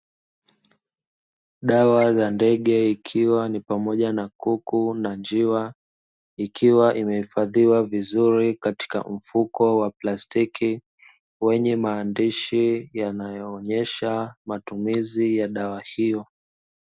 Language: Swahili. Dawa ya ndege ikiwa pamoja na kuku na njiwa ikiwa imehifadhiwa vizuri katika mfuko wa plastiki wenye maandishi yanayoonyesha matumizi ya dawa hiyo.